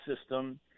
system